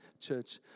church